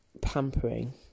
pampering